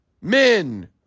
men